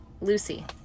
Lucy